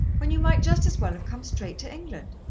when you might just as well have come straight to england.